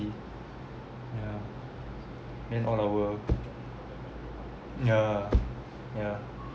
yeah then all over ya ya